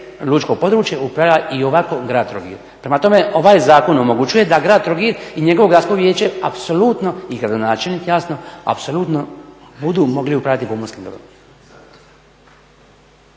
lučko područje upravlja i ovako grad Trogir. Prema tome ovaj zakon omogućuje da grad Trogir i njegovo gradsko vijeće apsolutno i gradonačelnik jasno apsolutno mogu upravljati pomorskim dobrom.